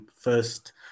first